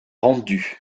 rendus